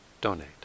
donate